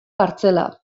kartzela